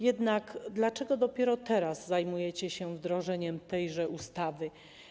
Jednak dlaczego dopiero teraz zajmujecie się wdrożeniem tejże ustawy?